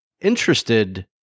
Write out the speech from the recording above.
interested